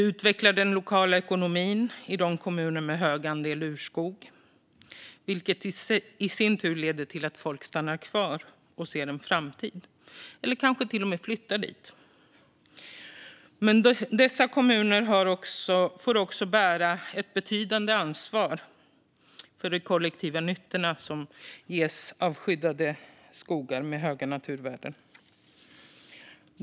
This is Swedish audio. Det utvecklar också den lokala ekonomin i kommuner med hög andel urskog, vilket i sin tur leder till att folk stannar kvar och ser en framtid - eller kanske till och med att människor flyttar dit. Dessa kommuner får dock även bära ett betydande ansvar för de kollektiva nyttor som uppstår i skyddade skogar med höga naturvärden.